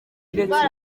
ndetse